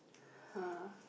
!huh!